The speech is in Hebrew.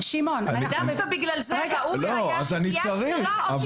--- שתהיה הסדרה.